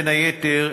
בין היתר,